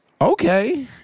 Okay